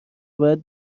باید